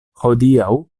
hodiaŭ